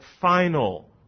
final